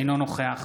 אינו נוכח